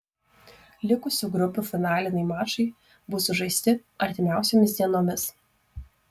likusių grupių finaliniai mačai bus sužaisti artimiausiomis dienomis